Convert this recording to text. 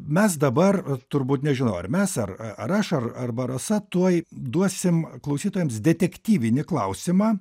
mes dabar turbūt nežino ar mes ar aš arba rasa tuoj duosim klausytojams detektyvinį klausimą